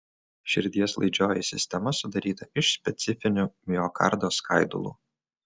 širdies laidžioji sistema sudaryta iš specifinių miokardo skaidulų